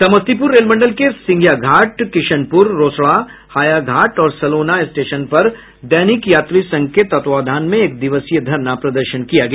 Samastipur rail मंडल के सिंधिया घाट किशनपुर रोसड़ा हायाघाट और सलौना स्टेशन पर दैनिक यात्री संघ के तत्वावधान में एक दिवसीय धरना प्रदर्शन किया गया